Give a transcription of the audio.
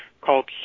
called